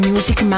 Music